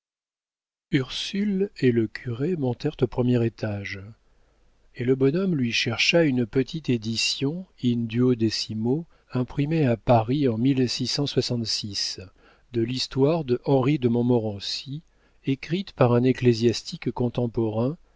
ursule et le curé montèrent au premier étage et le bonhomme lui chercha une petite édition idiot des siaux imprimée à paris de l'histoire de henri de montmorency écrite par un ecclésiastique contemporain